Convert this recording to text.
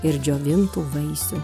ir džiovintų vaisių